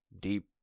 deep